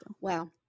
Wow